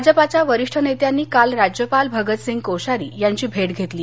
भाजपाच्या वरिष्ठ नेत्यांनी काल राज्यपाल भगत सिंग कोश्यारी यांची भेट घेतली